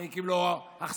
זה הקים לו אכסניה,